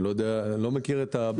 אני לא מכיר את הבקשה.